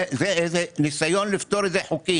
זה ניסיון לפתור את זה חוקית